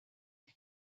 die